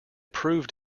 proved